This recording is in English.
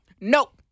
Nope